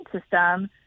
system